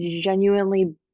genuinely